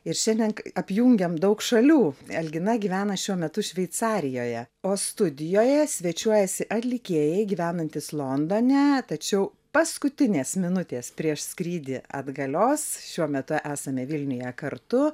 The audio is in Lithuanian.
ir šiandien apjungiame daug šalių algina gyvena šiuo metu šveicarijoje o studijoje svečiuojasi atlikėjai gyvenantys londone tačiau paskutinės minutės prieš skrydį atgalios šiuo metu esame vilniuje kartu